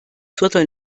viertel